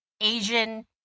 Asian